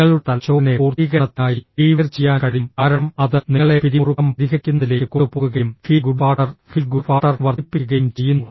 നിങ്ങളുടെ തലച്ചോറിനെ പൂർത്തീകരണത്തിനായി റീവൈർ ചെയ്യാൻ കഴിയും കാരണം അത് നിങ്ങളെ പിരിമുറുക്കം പരിഹരിക്കുന്നതിലേക്ക് കൊണ്ടുപോകുകയും ഫീൽ ഗുഡ് ഫാക്ടർ വർദ്ധിപ്പിക്കുകയും ചെയ്യുന്നു